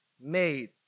made